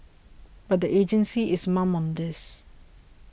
but the agency is mum on this